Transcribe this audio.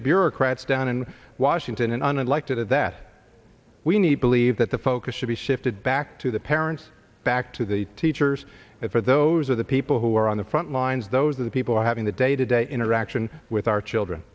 the bureaucrats down in washington and unelected it that we need believe that the focus should be shifted back to the parents back to the teachers and for those of the people who are on the front lines those are the people having the day to day interaction with our children